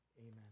Amen